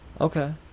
Okay